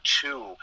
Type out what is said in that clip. two